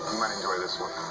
might enjoy this one.